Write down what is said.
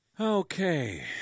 Okay